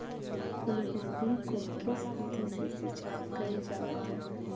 फूलगोभी को किस विधि से सिंचाई कईल जावत हैं?